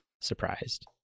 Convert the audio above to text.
surprised